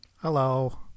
Hello